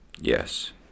Yes